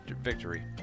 victory